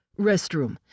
Restroom